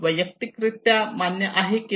वैयक्तिकरित्या मान्य आहे की नाही